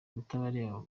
kutareba